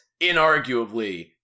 inarguably